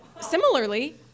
Similarly